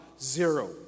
zero